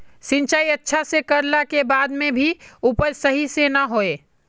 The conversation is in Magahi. सिंचाई अच्छा से कर ला के बाद में भी उपज सही से ना होय?